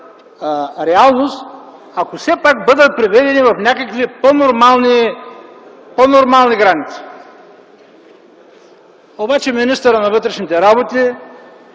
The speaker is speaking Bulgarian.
реалност, ако все пак бъдат приведени в някакви по-нормални граници. Обаче министърът на вътрешните работи,